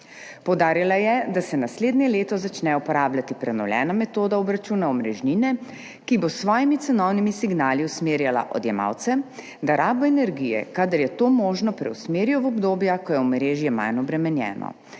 Poudarila je, da se naslednje leto začne uporabljati prenovljena metoda obračuna omrežnine, ki bo s svojimi cenovnimi signali usmerjala odjemalce, da rabo energije, kadar je to možno, preusmerijo v obdobja, ko je omrežje manj obremenjeno.